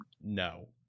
No